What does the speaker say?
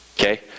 Okay